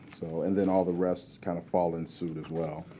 so and then all the rest kind of fall in suit, as well.